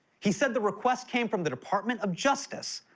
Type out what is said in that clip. he says the request came from the department of justice,